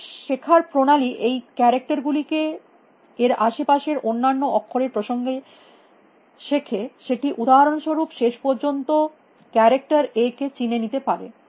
যে শেখার প্রণালী এই ক্যারেক্টার গুলিকে এর আসে পাশে র অন্যান্য অক্ষরের প্রসঙ্গে শেখে সেটি উদাহরণস্বরূপ শেষ পর্যন্ত ক্যারেক্টার A কে চিনে নিতে পারে